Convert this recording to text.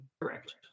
Correct